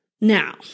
Now